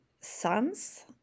sons